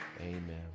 Amen